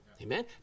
Amen